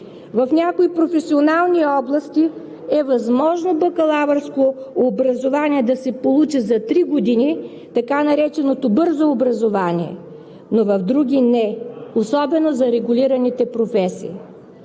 В някои професионални области е възможно бакалавърско образование да се получи за три години – така нареченото бързо образование, но в други не, особено за регулираните професии.